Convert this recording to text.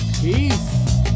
Peace